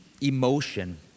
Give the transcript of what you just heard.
emotion